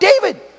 David